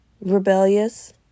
rebellious